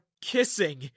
kissing